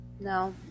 No